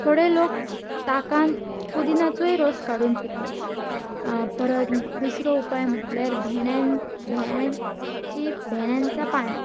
थोडे लोक ताकान पुदिनाचोय रोस काडून पितत परत दुसरो उपाय म्हटल्यार भेंण्यान भेंण्याची भेंण्यांच पाणी